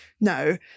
no